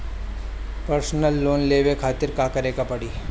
Personal loan लेवे खातिर का करे के पड़ी?